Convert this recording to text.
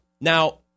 Now